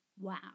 Wow